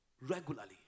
Regularly